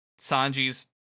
sanji's